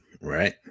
right